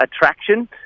attraction